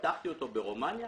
ופתחתי אותו ברומניה